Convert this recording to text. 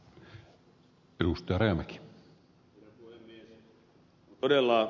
herra puhemies